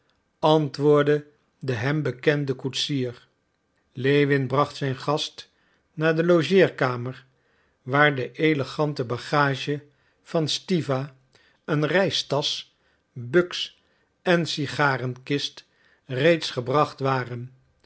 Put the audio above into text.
antwoordde de hem bekende koetsier lewin bracht zijn gast naar de logeerkamer waar de elegante bagage van stiwa een reistasch buks en sigarenkist reeds gebracht waren